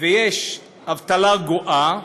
ויש אבטלה גואה,